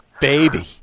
Baby